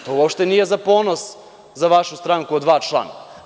To uopšte nije za ponos za vašu stranku od dva člana.